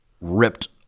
ripped